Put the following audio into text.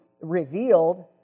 revealed